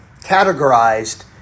categorized